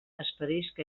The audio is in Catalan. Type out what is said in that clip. expedisc